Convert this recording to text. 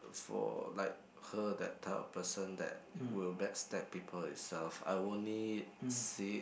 for like her that type of person that will back stab people itself I only see it